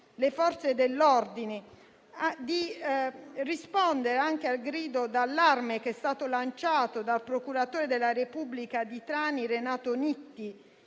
le Forze dell'ordine, a rispondere anche al grido d'allarme che è stato lanciato dal procuratore della Repubblica di Trani, Renato Nitti,